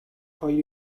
хоёр